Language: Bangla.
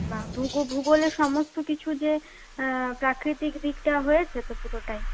বাহ ভূগো ভূগোলের সমস্ত কিছু যে প্রাকৃতিক দিকটা হয়েছে তো পুরোটাই